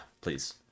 please